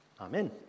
Amen